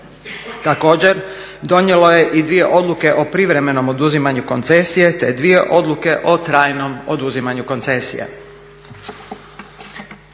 Također, donijelo je i dvije odluke o privremenom oduzimanju koncesije te dvije odluke o trajnom oduzimanju koncesija.